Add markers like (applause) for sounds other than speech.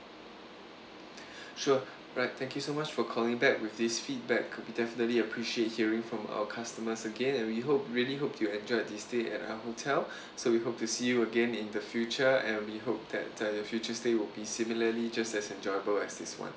sure alright thank you so much for calling back with this feedback c~ we definitely appreciate hearing from our customers again and we hope really hope you enjoyed the stay at our hotel (breath) so we hope to see you again in the future and we hope that uh your future stay will be similarly just as enjoyable as this one